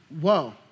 whoa